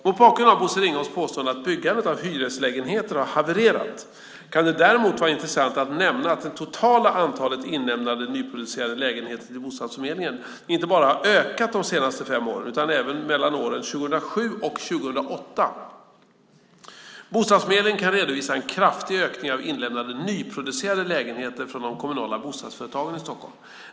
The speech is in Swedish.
Mot bakgrund av Bosse Ringholms påstående att byggandet av hyreslägenheter har havererat, kan det däremot vara intressant att nämna att det totala antalet inlämnade nyproducerade lägenheter till bostadsförmedlingen inte bara har ökat de senaste fem åren utan även mellan åren 2007 och 2008. Bostadsförmedlingen kan redovisa en kraftig ökning av inlämnade nyproducerade lägenheter från de kommunala bostadsföretagen i Stockholm.